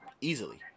Easily